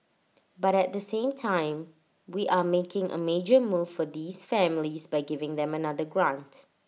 but at the same time we are making A major move for these families by giving them another grant